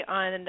on